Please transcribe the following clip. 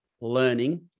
learning